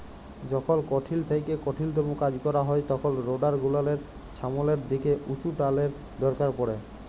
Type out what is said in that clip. যখল কঠিল থ্যাইকে কঠিলতম কাজ ক্যরা হ্যয় তখল রোডার গুলালের ছামলের দিকে উঁচুটালের দরকার পড়হে